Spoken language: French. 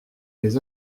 les